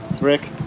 Rick